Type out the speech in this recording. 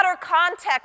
context